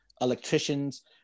electricians